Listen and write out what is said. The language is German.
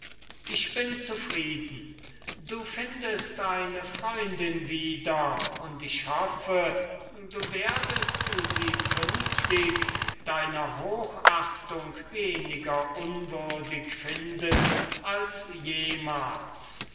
ich bin zufrieden du findest eine freundin wieder und ich hoffe du werdest sie künftig deiner hochachtung weniger unwürdig finden als jemals